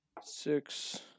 six